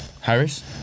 Harris